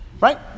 right